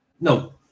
no